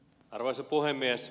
arvoisa puhemies